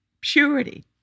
purity